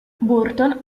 burton